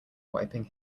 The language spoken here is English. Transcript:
wiping